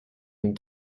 une